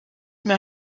mehr